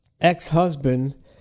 ex-husband